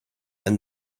and